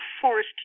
forced